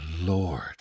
Lord